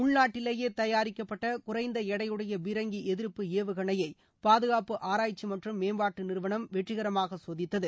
உள்நாட்டிலேயே தயாரிக்கப்பட்ட குறைந்த எடையுடைய பீரங்கி எதி்ய்பு ஏவுகணைய பாதுகாப்பு ஆராய்ச்சி மற்றும் மேம்பாட்டு நிறுவனம் வெற்றிகரமாக சோதித்தது